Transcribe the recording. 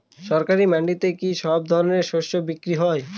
সরকারি মান্ডিতে কি সব ধরনের শস্য বিক্রি হয়?